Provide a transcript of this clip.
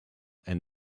and